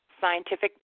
scientific